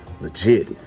legit